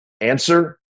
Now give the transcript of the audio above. Answer